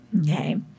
okay